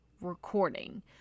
recording